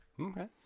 Okay